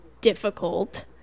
difficult